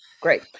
great